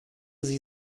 sie